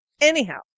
Anyhow